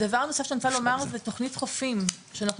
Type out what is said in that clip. הדבר הנוסף שאני רוצה לומר זה תוכנית "חופים" שאנחנו